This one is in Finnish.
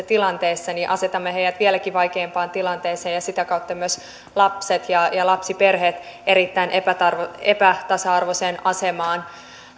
tilanteessa asetamme vieläkin vaikeampaan tilanteeseen ja sitä kautta myös lapset ja ja lapsiperheet erittäin epätasa epätasa arvoiseen asemaan tosiaankin